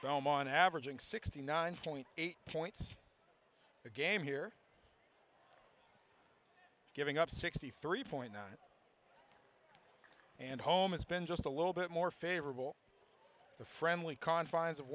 film on averaging sixty nine point eight points a game here giving up sixty three point nine and home has been just a little bit more favorable the friendly confines of